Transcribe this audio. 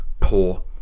Poor